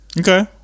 Okay